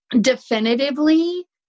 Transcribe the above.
definitively